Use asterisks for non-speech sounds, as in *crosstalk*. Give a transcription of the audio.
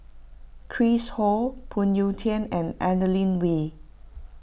Chris Ho Phoon Yew Tien and Adeline *unintelligible*